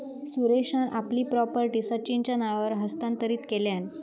सुरेशान आपली प्रॉपर्टी सचिनच्या नावावर हस्तांतरीत केल्यान